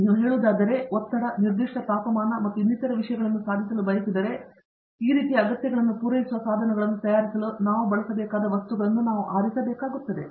ನೀವು ಹೇಳುವುದಾದರೆ ನೀವು ಒತ್ತಡ ನಿರ್ದಿಷ್ಟ ತಾಪಮಾನ ಮತ್ತು ಇನ್ನಿತರ ವಿಷಯಗಳನ್ನು ಸಾಧಿಸಲು ಬಯಸಿದರೆ ಈ ರೀತಿಯ ಅಗತ್ಯಗಳನ್ನು ಪೂರೈಸುವ ಸಾಧನಗಳನ್ನು ತಯಾರಿಸಲು ನಾವು ಬಳಸಬೇಕಾದ ವಸ್ತುಗಳನ್ನು ನಾವು ಆರಿಸಬೇಕಾಗುತ್ತದೆ